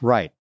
Right